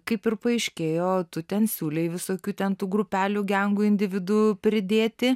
kaip ir paaiškėjo tu ten siūlei visokių ten tų grupelių gengų individų pridėti